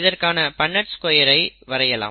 இதற்கான Punnett square ஐ வரையலாம்